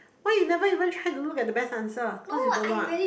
why you never even try to look at the best answer cause you don't know ah